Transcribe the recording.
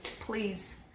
please